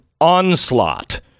onslaught